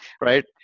Right